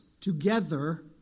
Together